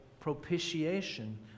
propitiation